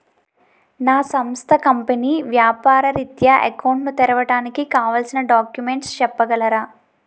నా సంస్థ కంపెనీ వ్యాపార రిత్య అకౌంట్ ను తెరవడానికి కావాల్సిన డాక్యుమెంట్స్ చెప్పగలరా?